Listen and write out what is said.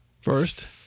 First